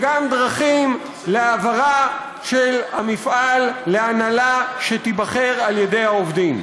וגם דרכים להעברת המפעל להנהלה שתיבחר על ידי העובדים.